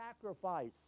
sacrifice